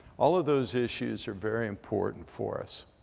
all of those issues are very important for us.